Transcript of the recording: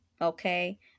okay